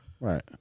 Right